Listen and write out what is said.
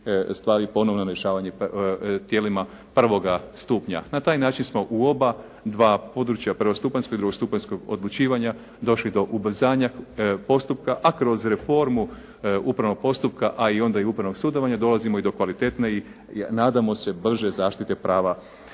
stvari ponovno na rješavanje tijelima prvoga stupnja. Na taj način smo u oba dva područja, prvostupanjskog i drugostupanjskog odlučivanja došli do ubrzanja postupka, a kroz reformu upravnog postupka, a i onda upravnog sudovanja dolazimo i do kvalitetne i nadamo se i brže zaštite prava